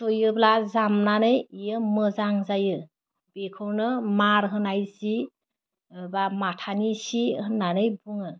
सुयोब्ला जामनानै बियो मोजां जायो बेखौनो मार होनाय जि एबा माथानि सि होन्नानै बुङो